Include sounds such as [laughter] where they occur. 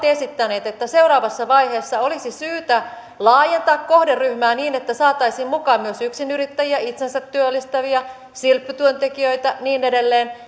[unintelligible] esittäneet että seuraavassa vaiheessa olisi syytä laajentaa kohderyhmää niin että saataisiin mukaan myös yksinyrittäjiä itsensätyöllistäviä silpputyöntekijöitä ja niin edelleen [unintelligible]